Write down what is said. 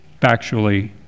factually